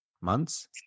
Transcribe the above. Months